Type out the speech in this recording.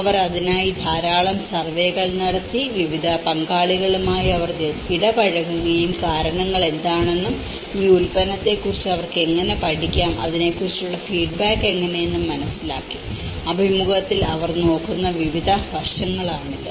അവർ അതിനായി ധാരാളം സർവേകൾ നടത്തി വിവിധ പങ്കാളികളുമായി അവർ ഇടപഴകുകയും കാരണങ്ങൾ എന്താണെന്നും ഈ ഉൽപ്പന്നത്തെക്കുറിച്ച് അവർക്ക് എങ്ങനെ പഠിക്കാം അതിനെക്കുറിച്ചുള്ള ഫീഡ്ബാക്ക് എങ്ങനെയെന്നും മനസ്സിലാക്കി അഭിമുഖത്തിൽ അവർ നോക്കുന്ന വിവിധ വശങ്ങളാണിത്